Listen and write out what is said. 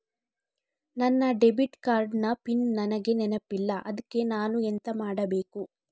ನನ್ನ debit card ನ pin ನನಗೆ ನೆನಪಿಲ್ಲ ಅದ್ಕೆ ನಾನು ಎಂತ ಮಾಡಬೇಕು?